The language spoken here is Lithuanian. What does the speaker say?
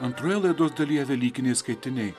antroje laidos dalyje velykiniai skaitiniai